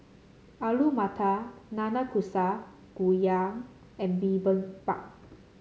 Alu Matar Nanakusa Gayu and Bibimbap